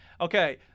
Okay